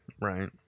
Right